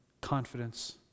confidence